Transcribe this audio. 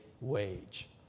wage